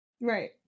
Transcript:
Right